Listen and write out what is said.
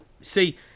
see